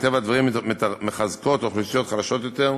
ומטבע הדברים מחזקות אוכלוסיות חלשות יותר.